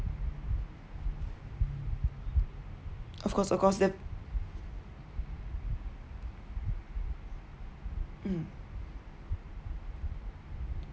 of course of course that mm